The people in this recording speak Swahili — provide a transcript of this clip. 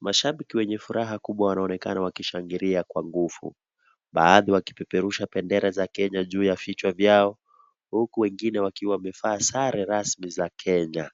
Mashabiki wenye furaha kubwa wanaonekana wakishangilia kwa nguvu. Baadhi wakipeperusha bendera ya Kenya juu ya vichwa vyao huku wengine wakiwa wamevaa sare rasmi za Kenya,